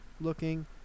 looking